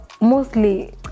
mostly